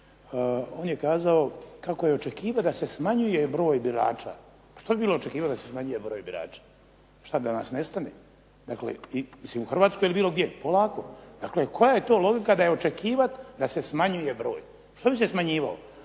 on je kazao kako je očekivao da se smanjuje broj birača. Pa što …/Ne razumije se./… da se smanjuje broj birača? Šta bi da nas nestane? Dakle, mislim i u Hrvatskoj ili bilo gdje. Polako. Dakle, koja je to logika da je očekivati da se smanjuje broj? Što bi se smanjivao.